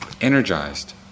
energized